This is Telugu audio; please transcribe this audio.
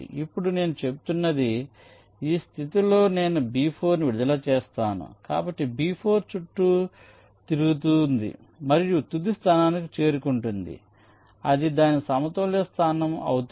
ఇప్పుడు నేను చెబుతున్నది ఈ స్థితిలో నేను B4 ని విడుదల చేస్తాను కాబట్టి B4 చుట్టూ తిరుగుతుంది మరియు తుది స్థానానికి చేరుకుంటుంది అది దాని సమతౌల్య స్థానం అవుతుంది